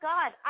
God